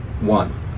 one